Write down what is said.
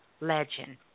legend